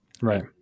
Right